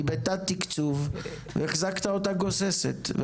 היא בתת-תקצוב והחזקת אותה גוססת.